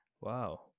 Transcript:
Wow